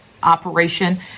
operation